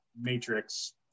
matrix